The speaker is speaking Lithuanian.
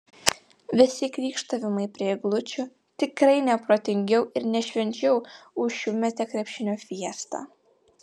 visi krykštavimai prie eglučių tikrai ne protingiau ir ne švenčiau už šiųmetę krepšinio fiestą